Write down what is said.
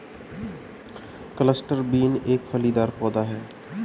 cluster bean एक फलीदार पौधा है